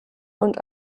und